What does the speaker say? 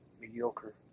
mediocre